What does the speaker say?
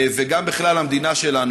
וגם בכלל למדינה שלנו.